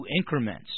increments